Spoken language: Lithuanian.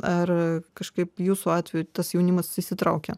ar kažkaip jūsų atveju tas jaunimas įsitraukia